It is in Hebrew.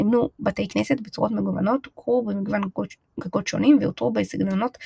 עם השנים הושארה התיבה באופן קבוע באולם התפילה,